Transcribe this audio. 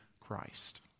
Christ